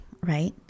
right